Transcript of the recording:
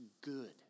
good